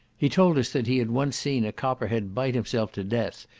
he told us that he had once seen a copper-head bite himself to death,